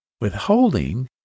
Withholding